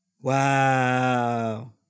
Wow